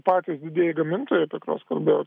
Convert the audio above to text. patys didieji gamintojai apie kuriuos kalbėjau